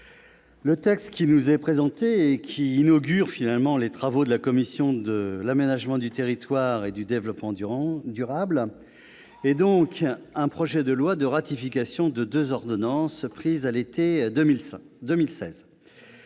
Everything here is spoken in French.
le texte qui nous est présenté, et qui inaugure les travaux de la commission de l'aménagement du territoire et du développement durable, est donc un projet de loi de ratification de deux ordonnances prises à l'été 2016.